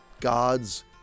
God's